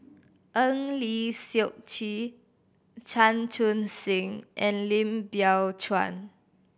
Eng Lee Seok Chee Chan Chun Sing and Lim Biow Chuan